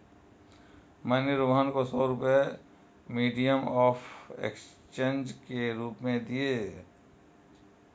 मैंने रोहन को सौ रुपए मीडियम ऑफ़ एक्सचेंज के रूप में दिए